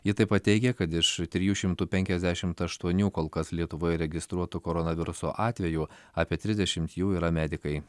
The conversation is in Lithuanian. ji taip pat teigė kad iš trijų šimtų penkiasdešimt aštuonių kol kas lietuvoje registruotų koronaviruso atvejų apie trisdešimt jų yra medikai